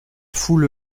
foule